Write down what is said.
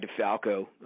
DeFalco